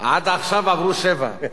עד עכשיו עברו שבע.